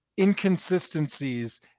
inconsistencies